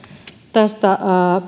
tästä